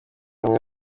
umwe